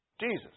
Jesus